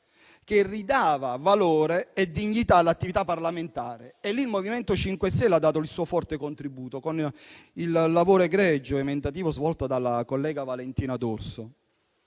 che ridava valore e dignità all'attività parlamentare. E lì il MoVimento 5 Stelle ha dato il suo forte contributo, con l'egregio lavoro emendativo svolto dalla collega Valentina D'Orso.